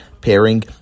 pairing